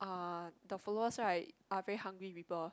uh the followers right are very hungry people